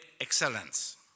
excellence